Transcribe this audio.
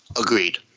Agreed